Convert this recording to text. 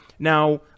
Now